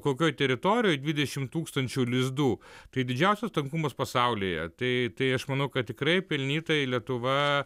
kokioj teritorijoj dvidešimt tūkstančių lizdų tai didžiausias tankumas pasaulyje tai tai aš manau kad tikrai pelnytai lietuva